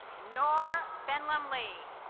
nor been lumley